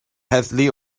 heddlu